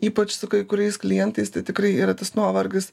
ypač su kai kuriais klientais tai tikrai yra tas nuovargis